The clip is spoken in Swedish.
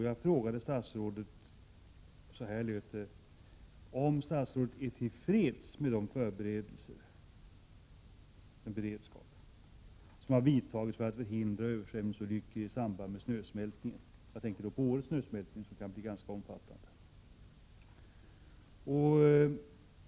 Jag frågade statsrådet om han är till freds med de förberedelser, den beredskap, som har vidtagits för att förhindra översvämningsolyckor i samband med snösmältningen. Jag tänker då på årets snösmältning som kan bli ganska omfattande.